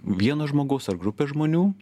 vieno žmogaus ar grupės žmonių